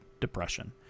depression